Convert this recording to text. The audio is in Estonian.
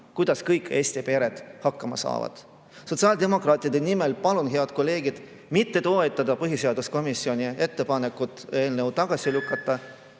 kuidas kõik Eesti pered hakkama saavad. Sotsiaaldemokraatide nimel palun, head kolleegid, mitte toetada põhiseaduskomisjoni ettepanekut eelnõu tagasi lükata.